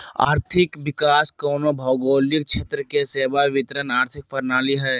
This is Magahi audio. आर्थिक विकास कोनो भौगोलिक क्षेत्र के सेवा वितरण आर्थिक प्रणाली हइ